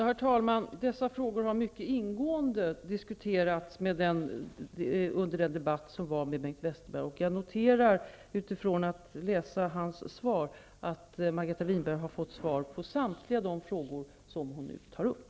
Herr talman! Dessa frågor har mycket ingående diskuterats i debatten med Bengt Westerberg. Jag noterar, utifrån hans svar, att Margareta Winberg har fått svar på samtliga frågor som hon nu tar upp.